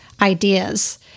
ideas